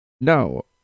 No